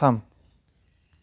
थाम